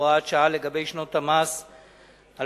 הוראת שעה לגבי שנות המס 2007,